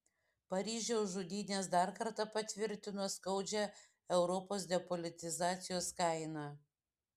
paryžiaus žudynės dar kartą patvirtino skaudžią europos depolitizacijos kainą